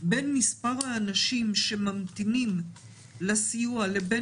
בין מספר האנשים שממתינים לסיוע לבין